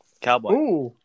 Cowboy